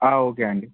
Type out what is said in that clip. okay అండి